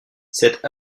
cet